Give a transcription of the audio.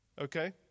Okay